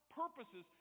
purposes